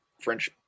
French